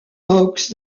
hawks